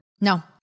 no